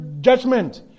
judgment